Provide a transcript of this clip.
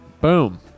Boom